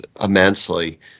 immensely